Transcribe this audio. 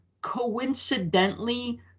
Coincidentally